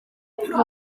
profiad